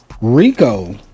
Rico